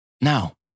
Now